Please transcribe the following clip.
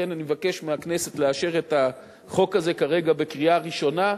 לכן אני מבקש מהכנסת לאשר את החוק הזה כרגע בקריאה ראשונה,